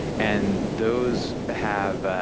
and those have,